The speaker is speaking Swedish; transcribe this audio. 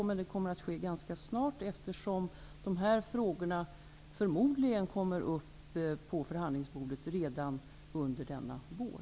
Men det kommer den att bli ganska snart, eftersom dessa frågor förmodligen kommer upp på förhandlingsbordet redan under denna vår.